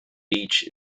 beach